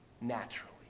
naturally